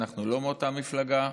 אנחנו לא מאותה מפלגה,